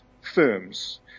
firms